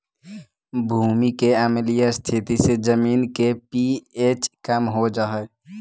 भूमि के अम्लीय स्थिति से जमीन के पी.एच कम हो जा हई